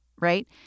right